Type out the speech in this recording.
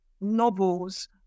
novels